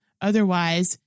Otherwise